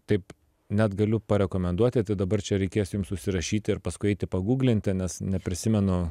taip net galiu parekomenduoti tai dabar čia reikės jums užsirašyti ir paskui eiti paguglinti nes neprisimenu